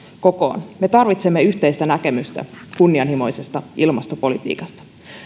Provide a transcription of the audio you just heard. kokoon me tarvitsemme yhteistä näkemystä kunnianhimoisesta ilmastopolitiikasta